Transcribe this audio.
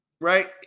Right